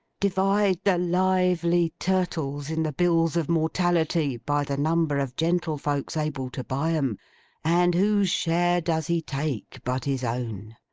divide the lively turtles in the bills of mortality, by the number of gentlefolks able to buy em and whose share does he take but his own!